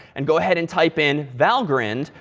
and go ahead and type in valgrind.